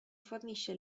fornisce